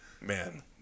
man